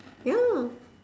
ya